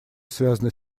связаны